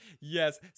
Yes